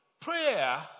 Prayer